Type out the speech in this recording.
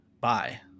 bye